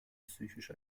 psychisch